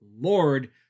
lord